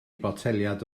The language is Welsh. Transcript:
botelaid